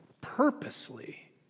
purposely